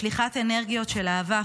לשליחת אנרגיות של אהבה,